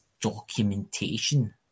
documentation